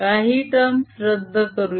काही टर्म्स रद्द करूया